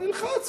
הוא נלחץ,